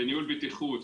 בניהול בטיחות,